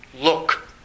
look